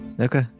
okay